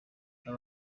aba